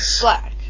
black